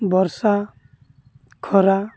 ବର୍ଷା ଖରା